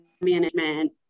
management